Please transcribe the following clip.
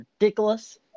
ridiculous